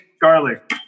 garlic